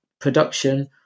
production